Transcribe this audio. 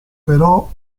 però